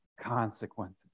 consequences